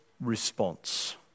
response